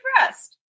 impressed